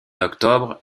octobre